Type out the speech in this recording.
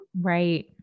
Right